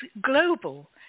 global